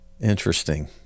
Interesting